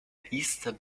eastern